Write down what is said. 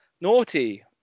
Naughty